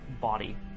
body